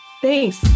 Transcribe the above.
Thanks